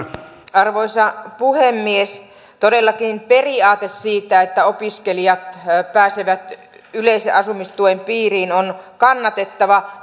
arvoisa puhemies todellakin periaate siitä että opiskelijat pääsevät yleisen asumistuen piiriin on kannatettava